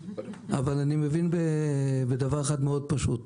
אבל אני מבין בדבר אחד מאוד פשוט: